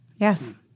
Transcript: Yes